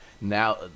now